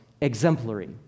exemplary